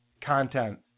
content